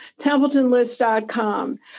TempletonList.com